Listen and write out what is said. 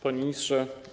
Panie Ministrze!